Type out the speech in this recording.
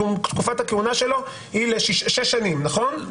תקופת הכהונה שלו היא ל-6 שנים, נכון?